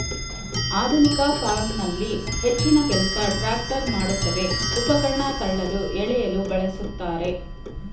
ಆಧುನಿಕ ಫಾರ್ಮಲ್ಲಿ ಹೆಚ್ಚಿನಕೆಲ್ಸ ಟ್ರ್ಯಾಕ್ಟರ್ ಮಾಡ್ತವೆ ಉಪಕರಣ ತಳ್ಳಲು ಎಳೆಯಲು ಬಳುಸ್ತಾರೆ